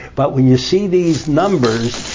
but when you see these numbers,